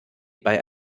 bei